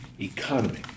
Economy